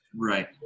Right